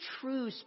true